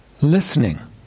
listening